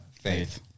faith